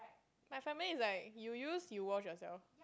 my family is like you use you wash yourself